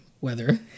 weather